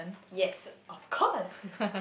yes of course